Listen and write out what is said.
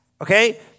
Okay